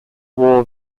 war